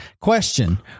question